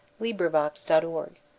LibriVox.org